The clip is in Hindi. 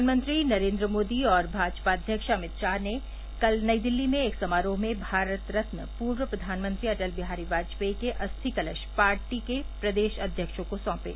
प्रधानमंत्री नरेन्द्र मोदी और भाजपा अध्यक्ष अमित शाह ने कल नई दिल्ली में एक समारोह में भारत रत्न पूर्व प्रधानमंत्री अटल बिहारी वाजपेयी के अस्थि कलश पार्टी के प्रदेश अध्यक्षों को सौंपे